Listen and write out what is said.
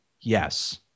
Yes